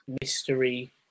mystery